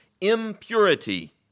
impurity